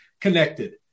connected